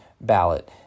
ballot